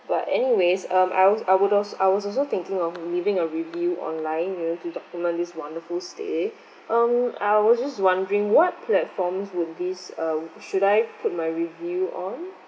but anyways um I was I would als~ I was also thinking of leaving a review online you know to document this wonderful stay um I was just wondering what platforms would this err should I put my review on